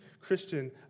Christian